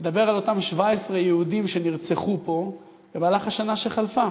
לדבר על אותם 17 יהודים שנרצחו פה במהלך השנה שחלפה.